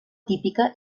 típica